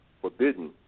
forbidden